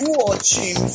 watching